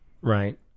Right